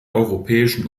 europäischen